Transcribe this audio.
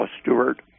Stewart